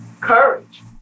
courage